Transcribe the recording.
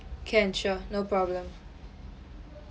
can sure no problem